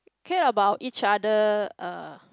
care about each other uh